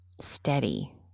steady